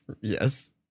Yes